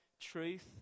truth